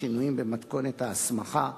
שינויים במתכונת ההסמכה),